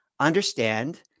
understand